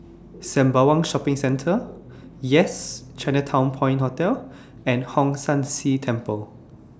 Sembawang Shopping Centre Yes Chinatown Point Hotel and Hong San See Temple